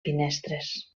finestres